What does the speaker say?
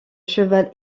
cheval